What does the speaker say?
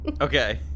okay